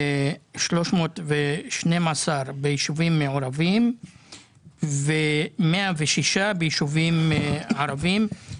312 ביישובים מעורבים ו-106 ביישובים ערבים,